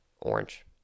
orange